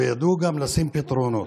וידעו גם להציג פתרונות.